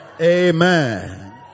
Amen